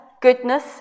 goodness